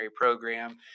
program